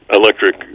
electric